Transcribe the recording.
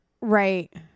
right